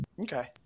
Okay